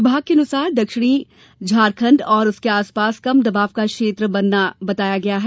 विभाग के अनुसार दक्षिणी झारखंड और उसके आसपास कम दबाव का क्षेत्र बनना बताया गया है